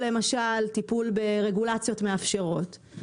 טיפול ברגולציות מאפשרות,